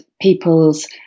people's